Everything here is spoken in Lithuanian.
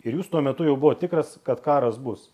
ir jūs tuo metu jau buvot tikras kad karas bus